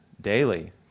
daily